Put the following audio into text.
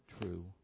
true